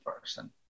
person